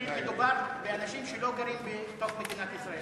כי מדובר באנשים שלא גרים בתוך מדינת ישראל.